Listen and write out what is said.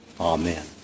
Amen